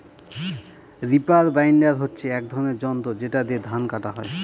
reaper binder হচ্ছে এক ধরনের যন্ত্র যেটা দিয়ে ধান কাটা হয়